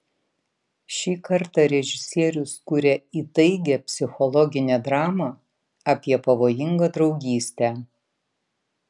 šį kartą režisierius kuria įtaigią psichologinę dramą apie pavojingą draugystę